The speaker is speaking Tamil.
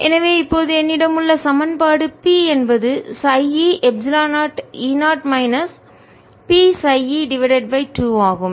எனவே இப்போது என்னிடம் உள்ள சமன்பாடு p என்பது χ e epsilon 0 E0 minus P χ e divided by 2 ஆகும்